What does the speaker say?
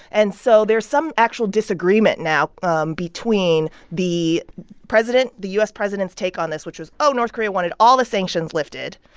and so there's some actual disagreement now um between the president the u s. president's take on this, which was, oh, north korea wanted all the sanctions lifted,